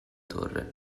torre